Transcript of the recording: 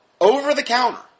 Over-the-counter